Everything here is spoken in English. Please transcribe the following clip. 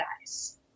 guys